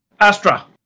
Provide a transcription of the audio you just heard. Astra